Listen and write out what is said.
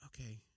okay